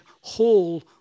whole